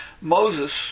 Moses